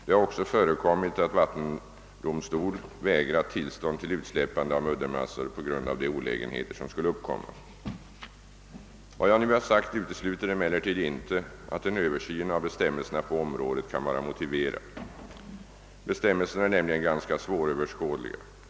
Det har också förekommit att domstol vägrat tillstånd till utsläppande av muddermassor på grund av de olägenheter som skulle uppkomma. Vad jag nu har sagt utesluter emellertid inte att en översyn av bestämmelserna på området kan vara motiverad. Bestämmelserna är nämligen ganska svåröverskådliga.